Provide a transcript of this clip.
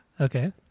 Okay